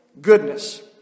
goodness